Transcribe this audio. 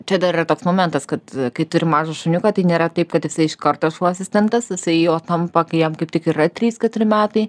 čia dar yra toks momentas kad kai turi mažą šuniuką tai nėra taip kad jisai iš karto šuo asistentas jisai juo tampa kai jam kaip tik ir yra trys keturi metai